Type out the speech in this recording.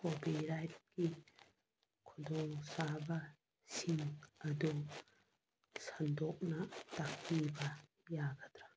ꯀꯣꯕꯤꯔꯥꯏꯠꯀꯤ ꯈꯨꯗꯣꯡꯆꯥꯕꯁꯤꯡ ꯑꯗꯨ ꯁꯟꯗꯣꯛꯅ ꯇꯥꯛꯄꯤꯕ ꯌꯥꯒꯗ꯭ꯔꯥ